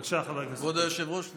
כבוד היושב-ראש,